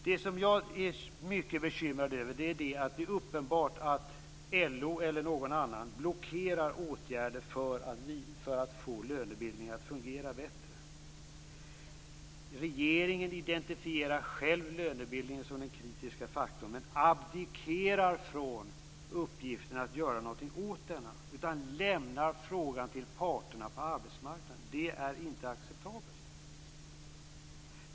Det som jag är mycket bekymrad över är att det är uppenbart att LO eller någon blockerar åtgärder för att få lönebildningen att fungera bättre. Regeringen identifierar själv lönebildningen som den kritiska faktorn men abdikerar från uppgiften att göra någonting åt denna utan lämnar frågan till parterna på arbetsmarknaden. Det är inte acceptabelt.